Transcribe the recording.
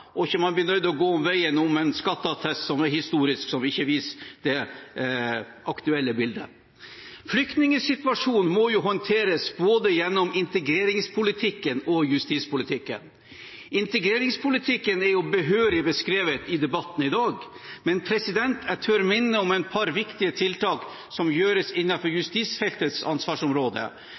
og at man ikke blir nødt til å gå veien om en skatteattest som er historisk, og som ikke viser det aktuelle bildet. Flyktningsituasjonen må håndteres gjennom både integreringspolitikken og justispolitikken. Integreringspolitikken er behørig beskrevet i debatten i dag, men jeg tør minne om et par viktige tiltak som gjøres innenfor justisfeltets ansvarsområde: